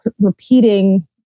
repeating